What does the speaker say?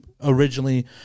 originally